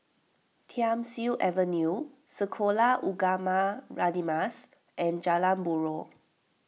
Thiam Siew Avenue Sekolah Ugama Radin Mas and Jalan Buroh